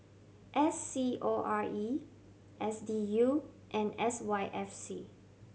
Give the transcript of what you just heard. S C O R E S D U and S Y F C